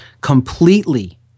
completely